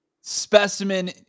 specimen